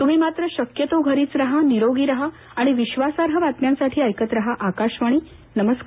तुम्ही मात्र शक्यतो घरीच राहा निरोगी राहा आणि विश्वासार्ह बातम्यांसाठी ऐकत राहा आकाशवाणी नमस्कार